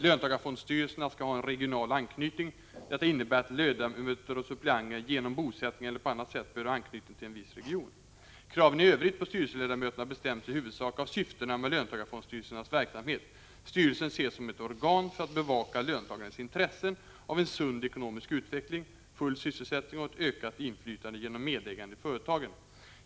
Löntagarfondstyrelserna skall ha en regional anknytning. Detta innebär att ledamöter och suppleanter genom bosättning eller på annat sätt bör ha anknytning till en viss region. Kraven i övrigt på styrelseledamöterna bestäms i huvudsak av syftena med löntagarfondstyrelsernas verksamhet. Styrelsen ses som ett organ för att bevaka löntagarnas intressen av en sund ekonomisk utveckling, full sysselsättning och ett ökat inflytande genom medägande i företagen.